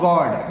God